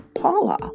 Paula